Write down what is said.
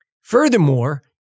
Furthermore